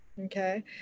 Okay